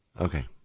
Okay